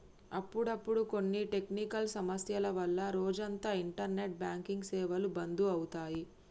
అప్పుడప్పుడు కొన్ని టెక్నికల్ సమస్యల వల్ల రోజంతా ఇంటర్నెట్ బ్యాంకింగ్ సేవలు బంధు అవుతాయి